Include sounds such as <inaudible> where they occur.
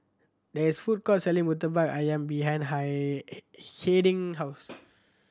there is a food court selling Murtabak Ayam behind <unintelligible> Hiding house